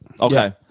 Okay